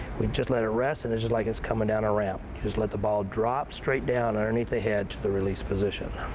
we just let it rest and it's just like it's coming down a ramp. just let the ball drop straight down underneath the head to the release position.